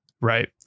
Right